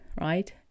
right